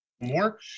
more